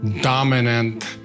dominant